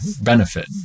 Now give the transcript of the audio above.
benefit